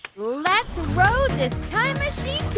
let's row this time machine